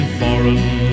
foreign